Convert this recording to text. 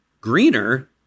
greener